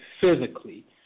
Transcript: physically